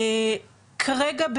כרגע.